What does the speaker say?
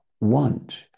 want